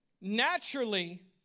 naturally